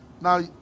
Now